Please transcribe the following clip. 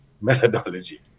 methodology